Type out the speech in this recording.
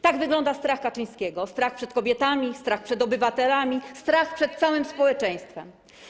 Tak wygląda strach Kaczyńskiego, strach przed kobietami, strach przed obywatelami, strach przed całym społeczeństwem.